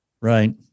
Right